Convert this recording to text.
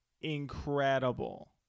Incredible